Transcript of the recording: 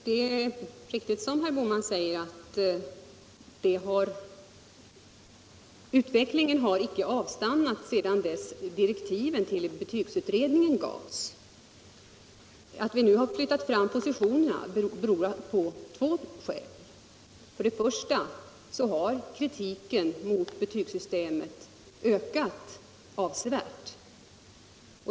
Herr talman! Det är riktigt som herr Bohman säger att utvecklingen icke har avstannat sedan direktiven till betygsutredningen gavs. Att vi nu har flyttat fram positionerna har två skäl. För det första har kritiken mot betygssystemet ökat avsevärt.